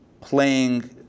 playing